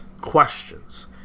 questions